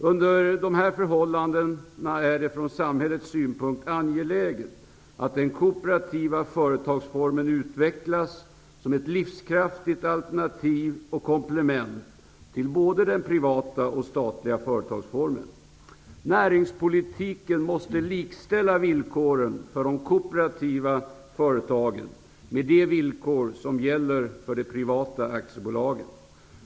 Under de här förhållandena är det från samhällets synpunkt angeläget att den kooperativa företagsformen utvecklas som ett livskraftigt alternativ och komplement till både den privata och den statliga företagsformen. Näringspolitiken måste likställa villkoren för de kooperativa företagen med de villkor som gäller för de privata aktiebolagen.